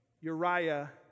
Uriah